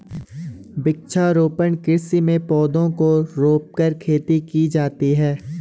वृक्षारोपण कृषि में पौधों को रोंपकर खेती की जाती है